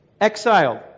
Exiled